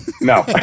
No